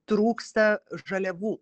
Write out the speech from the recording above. trūksta žaliavų